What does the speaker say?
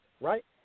right